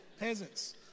peasants